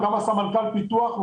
הוא גם סמנכ"ל הפיתוח,